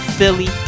Philly